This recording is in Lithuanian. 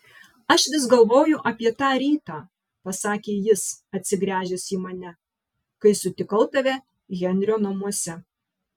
aš vis galvoju apie tą rytą pasakė jis atsigręžęs į mane kai sutikau tave henrio namuose